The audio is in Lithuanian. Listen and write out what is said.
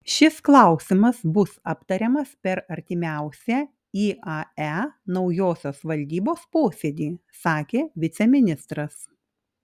šis klausimas bus aptariamas per artimiausią iae naujosios valdybos posėdį sakė viceministras